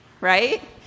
right